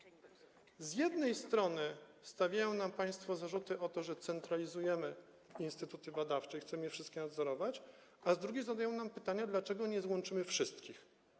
Z jednej strony stawiają nam państwo zarzuty o to, że centralizujemy instytuty badawcze i chcemy je wszystkie nadzorować, a z drugiej strony zadają nam państwo pytania, dlaczego nie złączymy wszystkich.